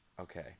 Okay